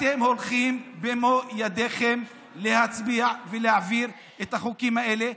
אתם הולכים במו ידיכם להצביע ולהעביר את החוקים האלה,